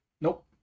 Nope